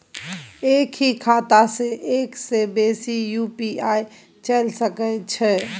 एक ही खाता सं एक से बेसी यु.पी.आई चलय सके छि?